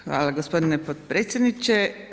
Hvala gospodine potpredsjedniče.